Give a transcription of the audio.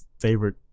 favorite